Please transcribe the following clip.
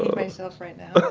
myself right now.